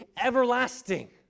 Everlasting